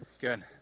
Good